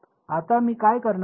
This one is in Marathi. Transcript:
आता मी काय करणार आहे